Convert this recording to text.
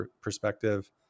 perspective